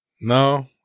no